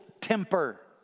temper